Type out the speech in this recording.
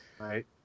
right